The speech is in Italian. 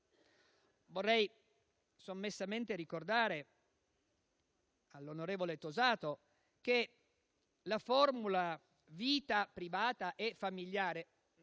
Vorrei sommessamente ricordare al senatore Tosato che la formula "vita privata e familiare"